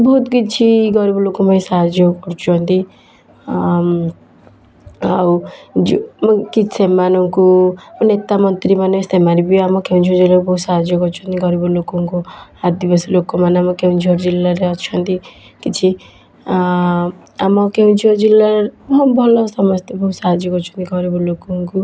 ବହୁତ କିଛି ଗରିବଲୋକ ପାଇଁ ସାହାଯ୍ୟ କରୁଛନ୍ତି ଆମ ଆଉ ଯେଉଁ ସେମାନଙ୍କୁ ନେତା ମନ୍ତ୍ରୀମାନେ ସେମାନେ ବି ଆମ କେଉଁଝର ଜିଲ୍ଲାକୁ ସାହାଯ୍ୟ କରୁଛନ୍ତି ଗରିବଲୋକଙ୍କୁ ଆଦିବାସୀ ଲୋକମାନେ ଆମ କେଉଁଝର ଜିଲ୍ଲାରେ ଅଛନ୍ତି କିଛି ଆମ କେଉଁଝର ଜିଲ୍ଲାରେ ହଁ ଭଲ ସମସ୍ତେ ବହୁତ ସାହାଯ୍ୟ କରୁଛନ୍ତି ଗରିବଲୋକଙ୍କୁ